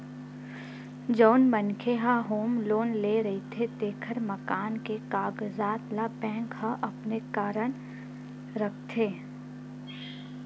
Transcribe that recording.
जउन मनखे ह होम लोन ले रहिथे तेखर मकान के कागजात ल बेंक ह अपने करन राखथे